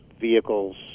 vehicles